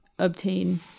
obtain